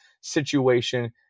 situation